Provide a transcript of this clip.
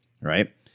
Right